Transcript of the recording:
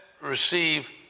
receive